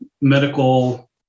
medical